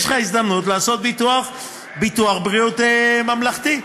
יש לך הזדמנות לעשות ביטוח בריאות ממלכתי.